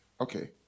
Okay